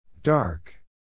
Dark